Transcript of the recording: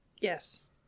Yes